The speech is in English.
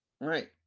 Right